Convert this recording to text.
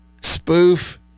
spoof